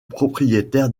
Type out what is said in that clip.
propriétaire